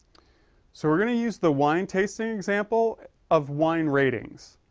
so we're going to use the wine tasting example of wine ratings.